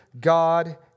God